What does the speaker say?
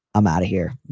i'm out of here.